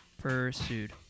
Pursued